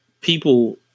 people